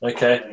Okay